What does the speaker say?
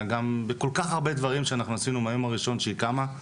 ובכל כך הרבה דברים שעשינו מהיום הראשון שהיא קמה.